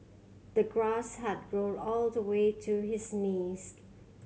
the grass had grown all the way to his knees